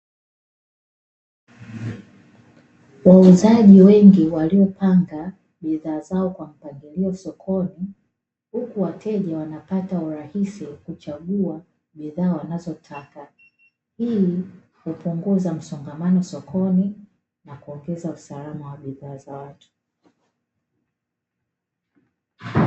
Wauzaji wengi waliopanga bidhaa zao kwa mpangilio sokoni huku wateja wanapata urahisi wa kuchagua bidhaa wazotaka, hii hupunguza msongamano sokoni na kuongeza usalama wa bidhaa za watu .